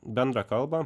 bendrą kalbą